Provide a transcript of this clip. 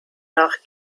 nach